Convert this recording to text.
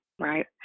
right